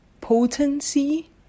potency